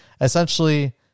essentially